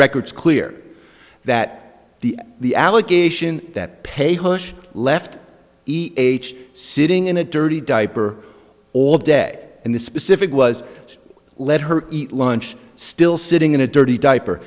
record is clear that the the allegation that pay hush left e h sitting in a dirty diaper all day and the specific was to let her eat lunch still sitting in a dirty diaper